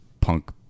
punk